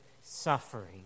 suffering